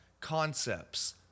concepts